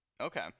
Okay